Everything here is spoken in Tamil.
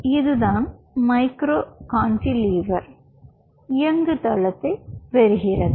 எனவே இதுதான் மைக்ரோ கான்டிலீவர் இயங்குதளத்தைப் பெறுகிறது